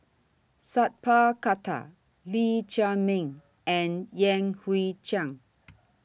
Sat Pal Khattar Lee Chiaw Meng and Yan Hui Chang